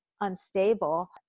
unstable